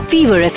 Fever